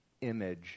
image